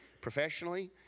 professionally